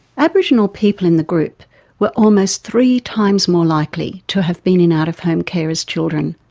aboriginal people in the group were almost three times more likely to have been in out-of-home care as children.